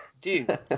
dude